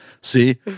See